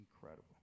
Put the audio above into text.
incredible